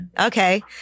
Okay